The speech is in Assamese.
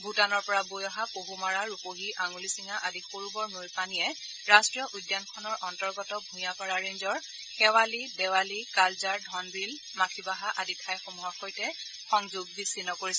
ভূটানৰ পৰা বৈ অহা পছমাৰা ৰূপহী আঙলিচিঙা আদি সৰু বৰ নৈৰ পানীয়ে ৰাষ্টীয় উদ্যানখনৰ অন্তৰ্গত ভূঞাপাৰা ৰেঞ্জৰ শেৱালি দেৱালি কালজাৰ ধনবিল মাখিবাহা আদি ঠাইসমূহৰ সৈতে সংযোগ বিচ্ছিন্ন কৰিছে